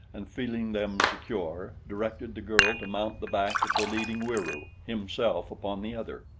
and feeling them secure directed the girl to mount the back of the leading wieroo, himself upon the other.